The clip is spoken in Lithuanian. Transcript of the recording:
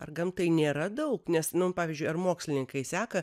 ar gamtai nėra daug nes num pavyzdžiui ar mokslininkai seka